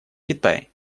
китай